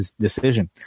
decision